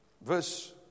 Verse